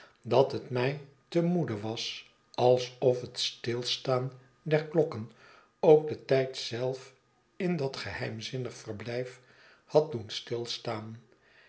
dat het mij te moede was alsof het stilstaan der klokken ook den tijd zelf in dat geheimzinnig verblijf had doen stilstaan